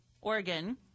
Oregon